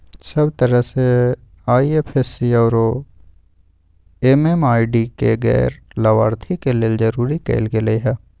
सब तरह से आई.एफ.एस.सी आउरो एम.एम.आई.डी के गैर लाभार्थी के लेल जरूरी कएल गेलई ह